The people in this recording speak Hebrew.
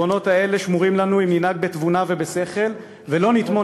העקרונות האלה שמוּרים לנו אם ננהג בתבונה ובשכל ולא נטמון